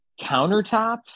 countertop